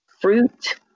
fruit